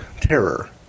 terror